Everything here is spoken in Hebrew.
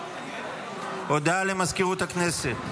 הודעה למזכירות הכנסת.